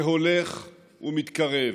שהולך ומתקרב.